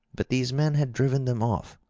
but these men had driven them off,